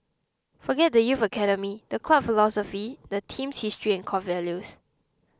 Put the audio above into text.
forget the youth academy the club philosophy the team's history and core values